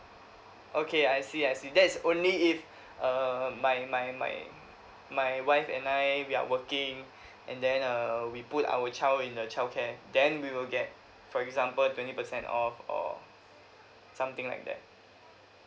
okay I see I see that is only if err my my my my wife and I we are working and then err we put our child in a childcare then we will get for example twenty percent off or something like that